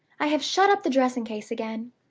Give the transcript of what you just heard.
i have shut up the dressing-case again.